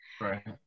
right